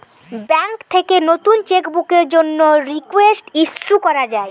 bank থেকে নতুন cheque বুকের জন্যে রিকোয়েস্ট ইস্যু করা যায়